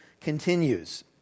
continues